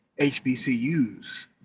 HBCUs